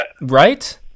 Right